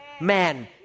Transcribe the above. man